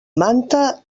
manta